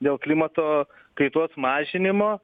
dėl klimato kaitos mažinimo